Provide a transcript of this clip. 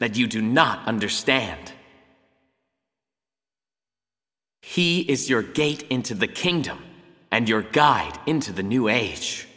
that you do not understand he is your gate into the kingdom and your guide into the new age